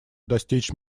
достичь